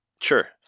Sure